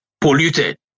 polluted